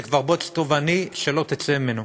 זה כבר בוץ טובעני שלא תצא ממנו.